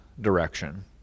direction